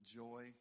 joy